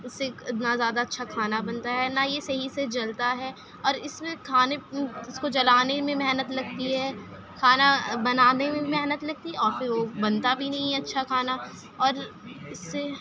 اس سےایک نہ زیادہ اچھا کھانا بنتا ہے نہ یہ صحیح سے جلتا ہے اور اس میں کھانے اس کو جلانے میں محنت لگتی ہے کھانا بنانے میں بھی محنت لگتی ہے اور پھر وہ بنتا بھی نہیں ہے اچّھا کھانا اور اس سے